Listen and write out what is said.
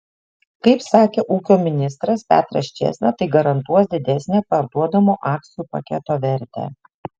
kaip sakė ūkio ministras petras čėsna tai garantuos didesnę parduodamo akcijų paketo vertę